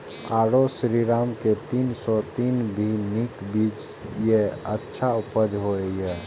आरो श्रीराम के तीन सौ तीन भी नीक बीज ये अच्छा उपज होय इय?